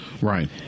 Right